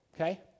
okay